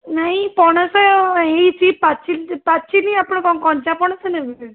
ନାହିଁ ପଣସ ହେଇଛି ପାଚିନି ପାଚିନି ଆପଣ କ'ଣ କଞ୍ଚା ପଣସ ନେବେ